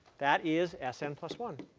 that is s n plus one.